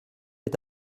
est